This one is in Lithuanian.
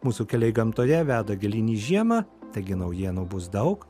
mūsų keliai gamtoje veda gilyn žiemą taigi naujienų bus daug